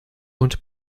und